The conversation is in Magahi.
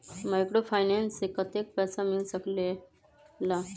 माइक्रोफाइनेंस से कतेक पैसा मिल सकले ला?